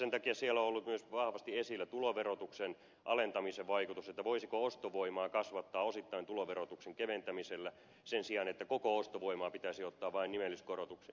sen takia siellä on ollut myös vahvasti esillä tuloverotuksen alentamisen vaikutus se voisiko ostovoimaa kasvattaa osittain tuloverotuksen keventämisellä sen sijaan että koko ostovoimaan pitäisi ottaa vain nimelliskorotukset